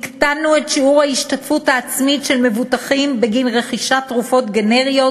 הקטנו את שיעור ההשתתפות העצמית של מבוטחים בגין רכישת תרופות גנריות